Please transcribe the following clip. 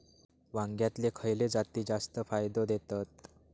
वांग्यातले खयले जाती जास्त फायदो देतत?